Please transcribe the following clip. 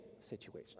situation